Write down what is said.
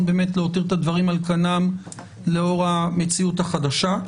באמת להותיר את הדברים על כנם לאור המציאות החדשה.